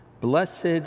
Blessed